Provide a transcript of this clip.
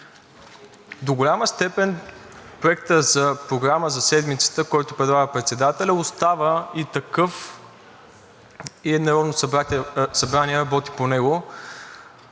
До голяма степен Проектът за програма за седмицата, който предлага председателят, остава такъв и Народното събрание работи по него.